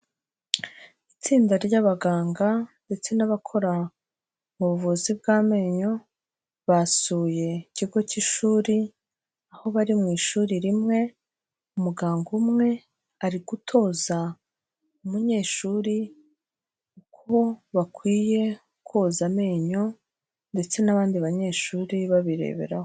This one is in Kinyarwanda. Itsinda ry'abaganga ndetse n'abakora ubuvuzi bw'amenyo, basuye ikigo cy'ishuri aho bari mu ishuri rimwe, umuganga umwe ari gutoza umunyeshuri uko bakwiye koza amenyo, ndetse n'abandi banyeshuri babireberaho.